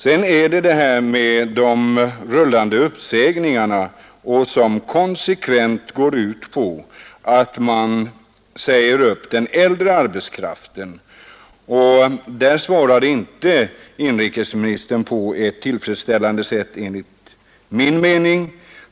På min fråga om de rullande uppsägningar, som konsekvent gar ut på att man säger upp den äldre arbetskraften, svarade inrikesministern inte på ett tillfredsställande sätt enligt min mening.